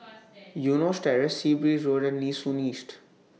Eunos Terrace Sea Breeze Road and Nee Soon East